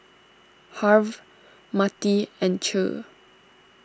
Harve Mattie and Che